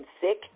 sick